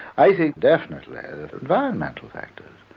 i think definitely that environmental factors.